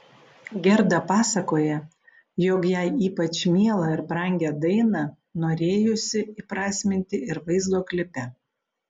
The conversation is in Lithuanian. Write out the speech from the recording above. gerda pasakoja jog jai ypač mielą ir brangią dainą norėjusi įprasminti ir vaizdo klipe